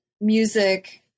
music